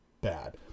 bad